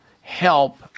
help